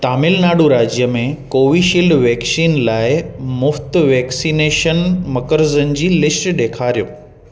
तमिल नाडु राज्य में Covishield vaccine लाइ मुफ़्त वैक्सनेशन मकर्ज़नि जी लिस्ट ॾेखारियो